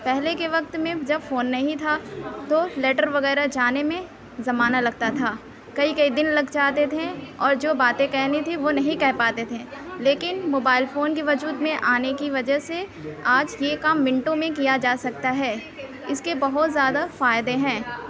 پہلے کے وقت میں جب فون نہیں تھا تو لیٹر وغیرہ جانے میں زمانہ لگتا تھا کئی کئی دن لگ جاتے تھے اور جو باتیں کہنی تھی وہ نہیں کہہ پاتے تھے لیکن موبائل فون کے وجود میں آنے کی وجہ سے آج یہ کام منٹوں میں کیا جا سکتا ہے اس کے بہت زیادہ فائدے ہیں